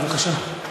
בבקשה.